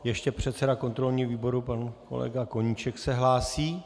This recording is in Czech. Ještě předseda kontrolního výboru pan kolega Koníček se hlásí.